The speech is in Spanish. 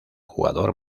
jugador